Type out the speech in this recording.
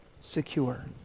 secure